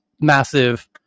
massive